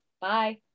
bye